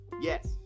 Yes